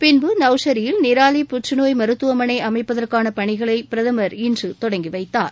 பின்பு நௌசாரியில் நிராலி புற்றுநோய் மருத்துவமனை அமைப்பதற்கான பணிகளை பிரதமா் இன்று தொடங்கி வைத்தார்